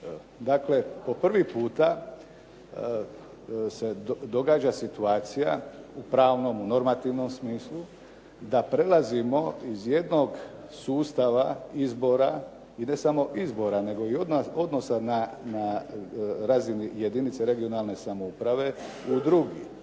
Dakle, po prvi puta se događa situacija u pravnom, u normativnom smislu da prelazimo iz jednog sustava izbora i ne samo izbora, nego i odnosa na razini jedinice regionalne samouprave u drugi.